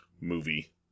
movie